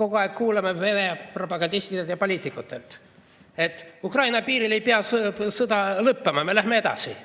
kogu aeg kuuleme Vene propagandistidelt ja poliitikutelt –, et Ukraina piiril ei pea sõda lõppema, me läheme edasi.